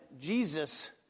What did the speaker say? Jesus